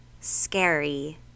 scary